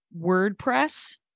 WordPress